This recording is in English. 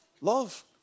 love